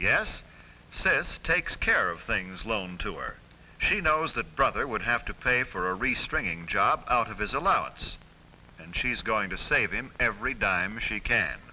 says takes care of things loaned to her she knows that brother would have to pay for a restraining job out of his allowance and she's going to save him every dime she can